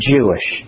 Jewish